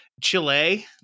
Chile